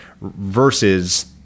versus